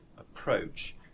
approach